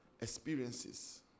experiences